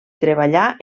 treballà